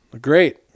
great